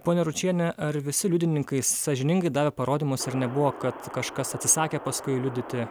ponia ručiene ar visi liudininkai sąžiningai davė parodymus ar nebuvo kad kažkas atsisakė paskui liudyti